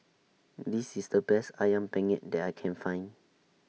This IS The Best Ayam Penyet that I Can Find